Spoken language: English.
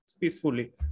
Peacefully